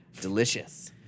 Delicious